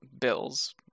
bills